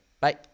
bye